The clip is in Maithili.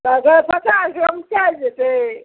तऽ अगर पचासके उ चलि जेतय